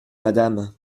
madame